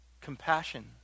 Compassion